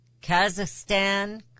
Kazakhstan